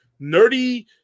nerdy